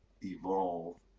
evolve